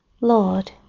Lord